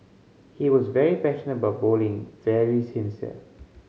he was very passionate about bowling very sincere